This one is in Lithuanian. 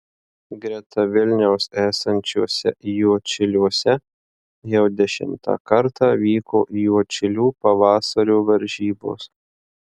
greta vilniaus esančiuose juodšiliuose jau dešimtą kartą vyko juodšilių pavasario varžybos